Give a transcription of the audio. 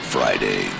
Friday